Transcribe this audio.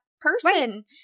person